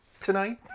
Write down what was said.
Tonight